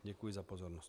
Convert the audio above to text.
Děkuji za pozornost.